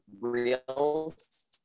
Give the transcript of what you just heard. reels